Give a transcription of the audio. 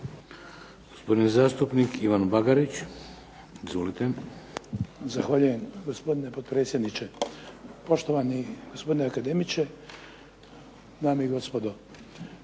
Gospodin zastupnik Ivan Bagarić. Izvolite. **Bagarić, Ivan (HDZ)** Zahvaljujem gospodine potpredsjedniče, poštovani gospodine akademiče, dame i gospodo.